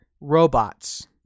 robots